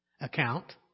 account